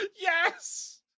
Yes